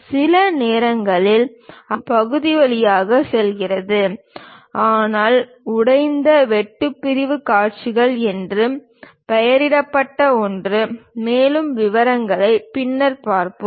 சில நேரங்களில் அது முற்றிலும் பகுதி வழியாக செல்கிறது ஆனால் உடைந்த வெட்டு பிரிவுக் காட்சிகள் என்று பெயரிடப்பட்ட ஒன்று மேலும் விவரங்களை பின்னர் பார்ப்போம்